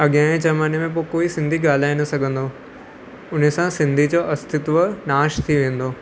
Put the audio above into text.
अॻियां जे ज़माने में पोइ कोई सिंधी ॻाल्हाए न सघंदो उनसां सिंधी जो अस्तित्व नाश थी वेंदो